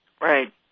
Right